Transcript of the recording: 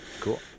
Cool